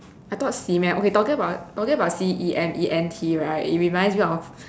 I thought cement okay talking about talking about C E M E N T right it reminds me of